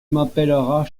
m’appelleras